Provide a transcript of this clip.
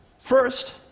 First